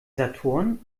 saturn